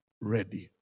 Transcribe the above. ready